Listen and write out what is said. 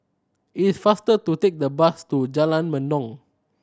it is faster to take the bus to Jalan Mendong